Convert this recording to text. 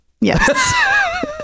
Yes